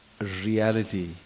reality